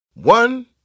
One